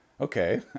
Okay